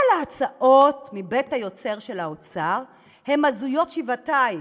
אבל ההצעות מבית היוצר של האוצר הן הזויות שבעתיים.